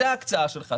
זאת ההקצאה שלך.